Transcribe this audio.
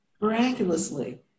miraculously